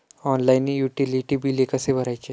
Online utility बिले कसे भरायचे?